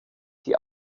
die